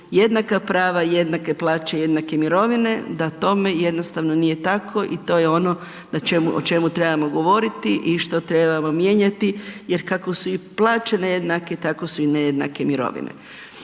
jednaka prava i jednake plaće i jednake mirovine da tome jednostavno nije tako i to je ono o čemu trebamo govoriti i što trebamo mijenjati. Jer kako su i plaće nejednake, tako su i nejednake mirovine.